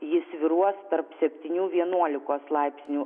ji svyruos tarp septynių vienuolikos laipsnių